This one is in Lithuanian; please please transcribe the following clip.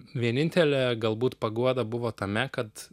vienintelė galbūt paguoda buvo tame kad